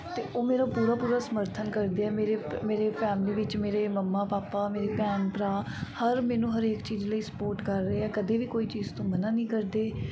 ਅਤੇ ਉਹ ਮੇਰਾ ਪੂਰਾ ਪੂਰਾ ਸਮਰਥਨ ਕਰਦੇ ਆ ਮੇਰੇ ਪ ਮੇਰੇ ਫੈਮਲੀ ਵਿੱਚ ਮੇਰੇ ਮੰਮਾ ਪਾਪਾ ਮੇਰੀ ਭੈਣ ਭਰਾ ਹਰ ਮੈਨੂੰ ਹਰੇਕ ਚੀਜ਼ ਲਈ ਸਪੋਰਟ ਕਰ ਰਹੇ ਆ ਕਦੇ ਵੀ ਕੋਈ ਚੀਜ਼ ਤੋਂ ਮਨਾ ਨਹੀਂ ਕਰਦੇ